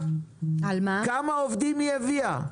כמה עובדים היא הביאה?